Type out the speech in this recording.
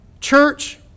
Church